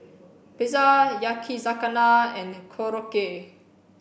pizza Yakizakana and Korokke